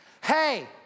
Hey